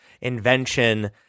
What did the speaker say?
invention